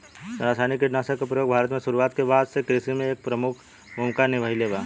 रासायनिक कीटनाशक के प्रयोग भारत में शुरुआत के बाद से कृषि में एक प्रमुख भूमिका निभाइले बा